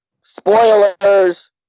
Spoilers